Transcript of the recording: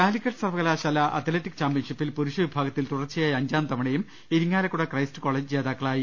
കാലിക്കറ്റ് സർവകലാശാല അത്ലറ്റിക് ചാമ്പ്യൻഷിപ്പിൽ പുരുഷ വിഭാഗത്തിൽ തുടർച്ചയായി അഞ്ചാം തവണയും ഇരിങ്ങാലക്കുട ക്രൈസ്റ്റ് കോളജ് ജേതാക്കളായി